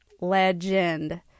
Legend